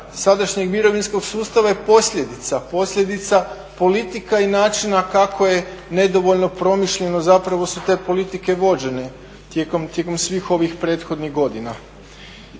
sadašnjeg mirovinskog sustava je posljedica, posljedica politika i načina kako je nedovoljno promišljeno zapravo su te politike vođenje tijekom svih ovih prethodnih godina.